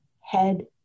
head